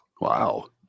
wow